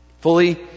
Fully